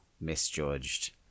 misjudged